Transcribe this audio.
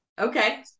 Okay